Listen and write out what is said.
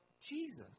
Jesus